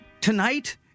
Tonight